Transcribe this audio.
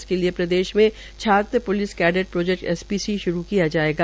इसके लिए प्रदेश के छात्र प्लिस कैडेट प्रोजेक्ट एसपीसी श्रू किया जायेगा